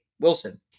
Wilson